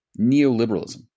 neoliberalism